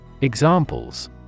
Examples